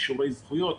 אישורי זכויות,